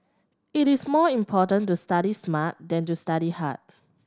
it is more important to study smart than to study hard